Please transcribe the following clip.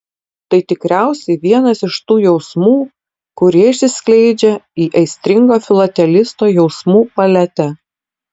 tai tikriausiai vienas iš tų jausmų kurie išsiskleidžia į aistringo filatelisto jausmų paletę